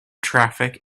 traffic